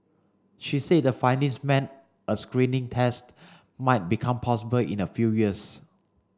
she said the findings meant a screening test might become possible in a few years